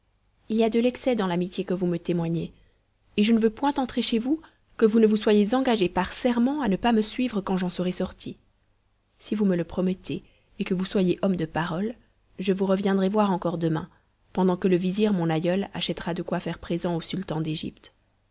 il y a de l'excès dans l'amitié que vous me témoignez et je ne veux point entrer chez vous que vous ne vous soyez engagé par serment à ne me pas suivre quand j'en serai sorti si vous me le promettez et que vous soyez homme de parole je vous reviendrai voir encore demain pendant que le vizir mon aïeul achètera de quoi faire présent au sultan d'égypte